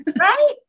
Right